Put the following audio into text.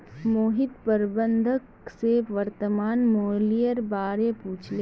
मोहित प्रबंधक स वर्तमान मूलयेर बा र पूछले